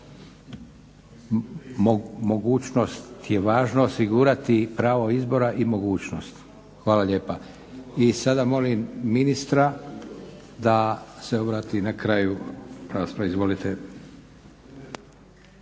Mogućnost je važno osigurati, pravo izbora i mogućnost. Hvala lijepa. I sada molim ministra da se obrati na kraju